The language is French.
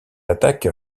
attaque